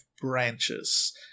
branches